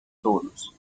todos